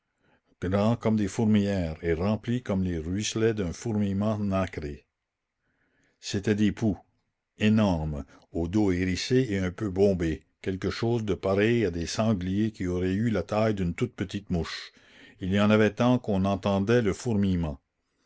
comme des fourmilières et remplis comme les ruisselets d'un fourmillement nacré c'étaient des poux énormes au dos hérissé et un peu bombé quelque chose de pareil à des sangliers qui auraient eu la taille d'une toute petite mouche il y en avait tant qu'on entendait le fourmillement